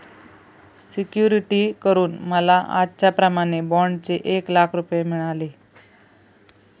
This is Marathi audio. सिक्युरिटी करून मला आजच्याप्रमाणे बाँडचे एक लाख रुपये मिळाले